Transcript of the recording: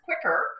quicker